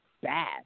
bad